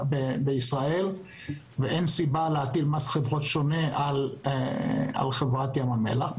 בישראל ואין סיבה להטיל מס חברות שונה על חברת ים המלח.